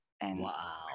Wow